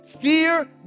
fear